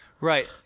Right